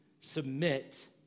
submit